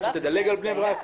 אחת שתדלג על בני ברק.